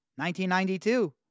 1992